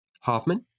Hoffman